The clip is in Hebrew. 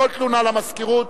כל תלונה, למזכירות.